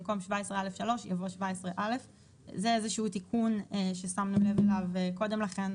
במקום "17(א)(3)" יבוא "17(א)"; זה איזה תיקון ששמנו לב אליו קודם לכן.